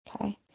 Okay